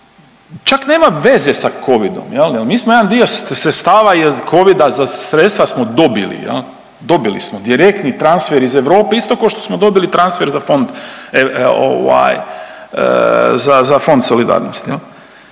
čak nema veze sa covidom jel, jel mi smo jedan dio sredstava i od covida za sredstva smo dobili jel, dobili smo direktni transfer iz Europe, isto košto smo dobili transfer za fond ovaj za, za